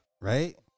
right